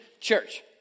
church